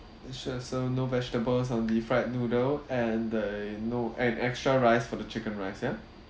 ya sure no vegetables on the fried noodle and uh no and extra rice for the chicken rice ya